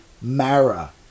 Mara